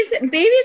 babies